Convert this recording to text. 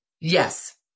Yes